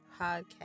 podcast